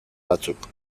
batzuk